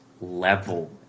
level